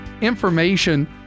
information